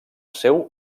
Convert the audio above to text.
seu